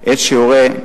את שיעורי,